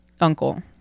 uncle